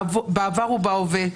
בעבר ובהווה,